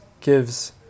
gives